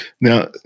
Now